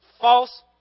false